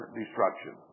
destruction